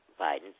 Biden